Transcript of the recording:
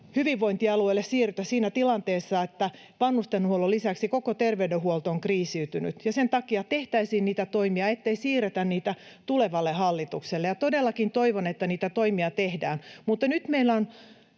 hyvinvointialueille siirryttäisiin siinä tilanteessa, että vanhustenhuollon lisäksi koko terveydenhuolto on kriisiytynyt, Sen takia tehtäisiin niitä toimia, ettei siirretä niitä tulevalle hallitukselle, ja todellakin toivon, että niitä toimia tehdään. Nyt meillä on